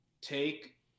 take